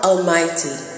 Almighty